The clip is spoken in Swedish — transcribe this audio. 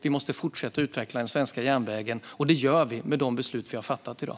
Vi måste fortsätta att utveckla den svenska järnvägen, och det gör vi med de beslut vi har fattat i dag.